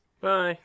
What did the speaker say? Bye